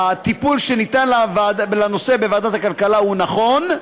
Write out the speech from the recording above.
הטיפול שניתן לנושא בוועדת הכלכלה הוא נכון,